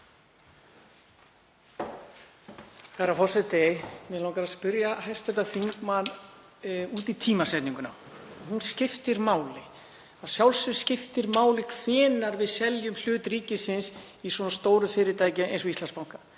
Herra forseti. Mig langar að spyrja hv. þingmann út í tímasetninguna. Hún skiptir máli. Að sjálfsögðu skiptir máli hvenær við seljum hlut ríkisins í svona stóru fyrirtæki eins og Íslandsbanka.